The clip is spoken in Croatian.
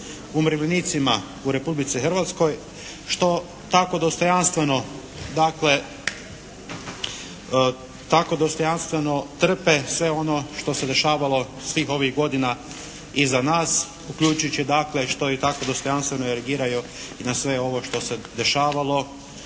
umirovljenicima u Republici Hrvatskoj što tako dostojanstveno, dakle tako dostojanstveno trpe sve ono što se dešavalo svih ovih godina iza nas uključujući dakle što i tako dostojanstveno reagiraju i na sve ovo što se dešavalo